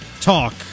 talk